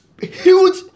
huge